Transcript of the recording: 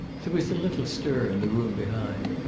there was a little stir in the room behind.